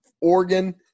Oregon